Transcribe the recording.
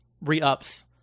re-ups